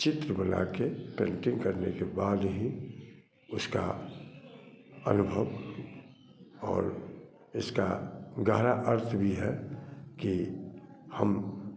चित्र बना कर पेंटिंग करने के बाद ही उसका अनुभव और इसका गहरा अर्थ भी है कि हम